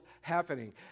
happening